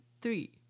three